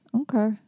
Okay